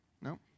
No